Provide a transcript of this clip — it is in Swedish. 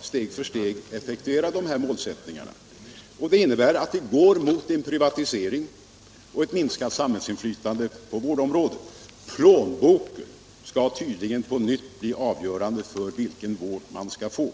steg för steg skall effektuera de här målsättningarna. Det innebär att vi går mot en privatisering och ett minskat samhällsinflytande på vårdområdet. Plånboken skall tydligen på nytt bli avgörande för vilken vård man skall få.